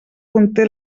conté